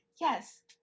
yes